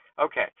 Okay